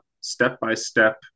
step-by-step